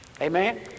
Amen